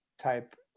type